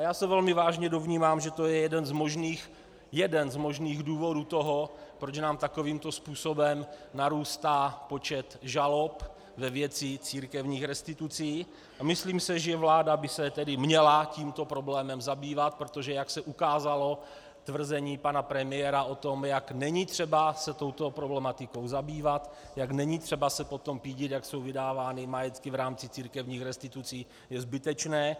A já se velmi vážně domnívám, že to je jeden z možných důvodů toho, proč nám takovýmto způsobem narůstá počet žalob ve věci církevních restitucí, a myslím si, že vláda by se měla tímto problémem zabývat, protože jak se ukázalo, tvrzení pana premiéra o tom, jak není třeba se touto problematikou zabývat, jak není třeba se pídit po tom, jak jsou vydávány majetky v rámci církevních restitucí, že je to zbytečné.